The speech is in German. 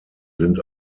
sind